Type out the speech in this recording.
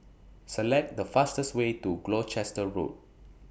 Select The fastest Way to Gloucester Road